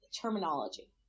terminology